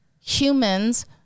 humans